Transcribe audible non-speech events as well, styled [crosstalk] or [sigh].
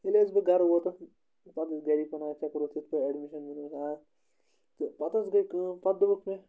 ییٚلہِ حظ بہٕ گَرٕ ووتُکھ [unintelligible] ٲسۍ گَرِکۍ وَنان ژےٚ کوٚرُتھ یِتھ پٲٹھۍ اٮ۪ڈمِشَن ووٚنمُس آ تہٕ پَتہٕ حظ گٔے کٲم پَتہٕ دوٚپُکھ مےٚ